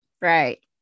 Right